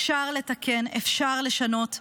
אפשר לתקן, אפשר לשנות.